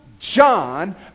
John